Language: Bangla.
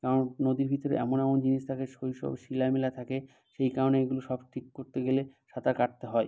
কারণ নদীর ভিতরে এমন এমন জিনিস থাকে শিলা মিলা থাকে সেই কারণেই এগুলো সব ঠিক করতে গেলে সাঁতার কাটতে হয়